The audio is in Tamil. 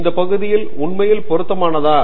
இந்த பகுதி உண்மையில் பொருத்தமானதா